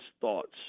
thoughts